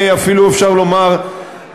אפילו אפשר לומר,